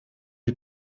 die